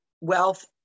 wealth